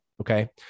Okay